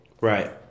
Right